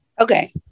Okay